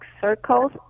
circles